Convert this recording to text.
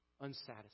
unsatisfied